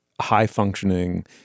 high-functioning